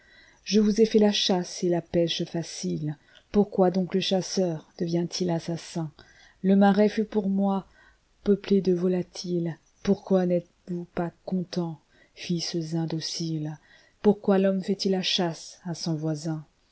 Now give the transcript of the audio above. je vous ai fait la chasse et la pêche faciles pourquoi donc le chasseur devient-il assassin le marais fut par moi peuplé de volatiles pourquoi nétes vous pas contents fils indociles pourquoi l'homme fait ii la chasse à son voisin